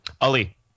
ali